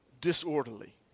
disorderly